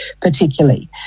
particularly